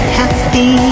happy